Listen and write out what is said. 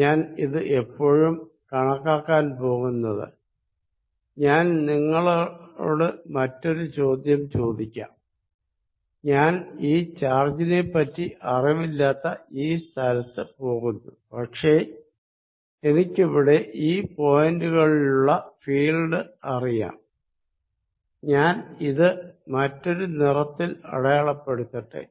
ഞാൻ ഇത് എപ്പോഴും കണക്കാക്കാൻ പോകുന്നത് ഞാൻ നിങ്ങളോട് മറ്റൊരു ചോദ്യം ചോദിക്കാം ഞാൻ ഈ ചാർജിനെപ്പറ്റി അറിവില്ലാത്ത ഈ സ്ഥലത്തു പോകുന്നു പക്ഷെ എനിക്കിവിടെ ഈ പോയിന്റുകളിലുള്ള ഫീൽഡ് അറിയാം ഞാൻ ഇത് മറ്റൊരു നിറത്തിൽ അടയാളപ്പെടുത്തട്ടെ